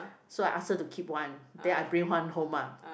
so I ask her to keep one then I bring one home ah